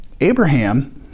Abraham